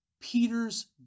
Peter's